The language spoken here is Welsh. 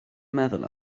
meddwl